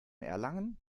erlangen